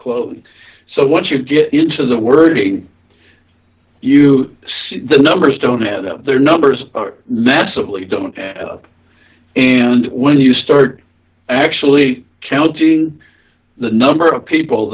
clothing so once you get into the wording you see the numbers don't add up their numbers massively don't and when you start actually counting the number of people